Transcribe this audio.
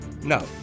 No